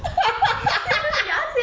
ya sia